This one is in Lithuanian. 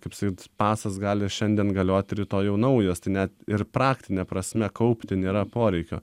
kaip sakyt pasas gali šiandien galioti rytoj jau naujastai net ir praktine prasme kaupti nėra poreikio